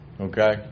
Okay